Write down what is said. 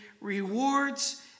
rewards